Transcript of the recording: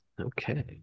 Okay